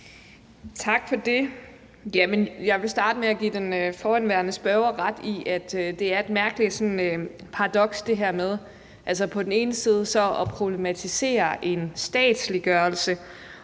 Tak for det. Jeg vil starte med at give den foregående spørger ret i, at det er et mærkeligt paradoks, at ordføreren på den ene side problematiserer en statsliggørelse,